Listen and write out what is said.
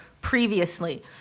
previously